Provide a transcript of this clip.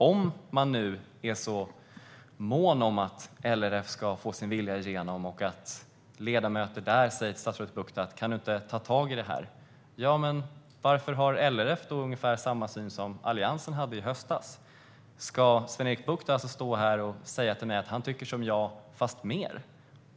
Om man nu är mån om att LRF ska få sin vilja igenom och deras ledamöter säger till statsrådet Bucht att han ska ta tag i detta, varför har då LRF ungefär samma syn som Alliansen hade i höstas? Ska Sven-Erik Bucht stå här och säga att han tycker som jag fast mer?